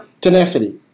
Tenacity